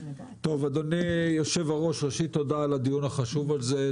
אדוני היושב-ראש, ראשית, תודה על הדיון החשוב הזה.